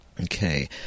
Okay